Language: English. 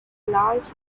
large